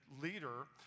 leader